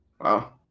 Wow